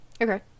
Okay